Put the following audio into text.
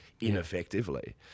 ineffectively